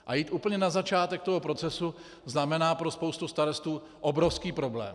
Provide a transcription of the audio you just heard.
A jít úplně na začátek toho procesu znamená pro spoustu starostů obrovský problém.